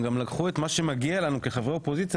הם גם לקחו את מה שמגיע לנו כחברי אופוזיציה